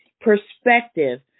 perspective